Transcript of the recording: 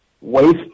waste